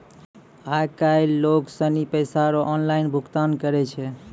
आय काइल लोग सनी पैसा रो ऑनलाइन भुगतान करै छै